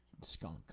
skunk